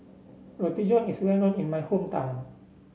Roti John is well known in my hometown